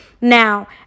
Now